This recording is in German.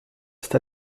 ist